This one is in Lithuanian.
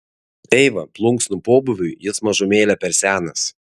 eiva plunksnų pobūviui jis mažumėlę per senas